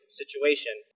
situation